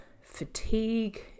fatigue